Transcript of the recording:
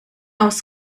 aus